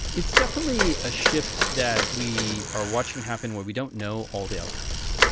it's definitely a shift that we are watching happen where we don't know all the outcomes.